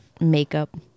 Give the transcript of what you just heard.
makeup